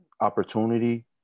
opportunity